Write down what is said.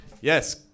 Yes